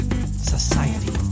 society